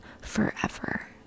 forever